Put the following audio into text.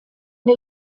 der